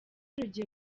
rugiye